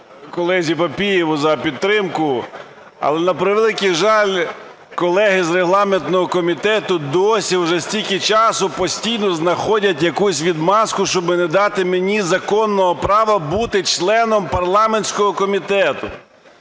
колезі Папієву за підтримку, але, на превеликий жаль, колеги з регламентного комітету досі, уже стільки часу постійно знаходять якусь "відмазку", щоб не дати мені законного права бути членом парламентського комітету.